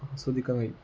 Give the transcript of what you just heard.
ആസ്വദിക്കാൻ കഴിയും